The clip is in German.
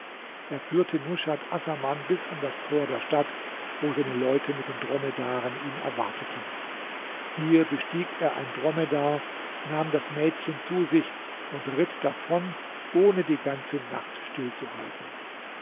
er führte nushat assaman bis an das tor der stadt wo seine leute mit den dromedaren ihn erwarteten hier bestieg er ein dromedar nahm das mädchen zu sich und ritt davon ohne die ganze nacht